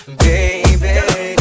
baby